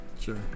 Sure